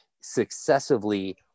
successively